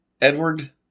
Edward